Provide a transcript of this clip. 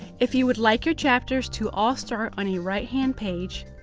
if you would like your chapters to all start on a right hand page,